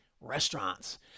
restaurants